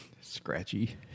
scratchy